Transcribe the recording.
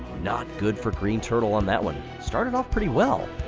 not good for green turtle on that one. started off pretty well,